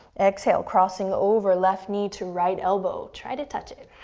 exhale, crossing over, left knee to right elbow. try to touch it.